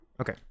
okay